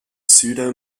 pseudo